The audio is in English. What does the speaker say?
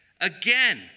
Again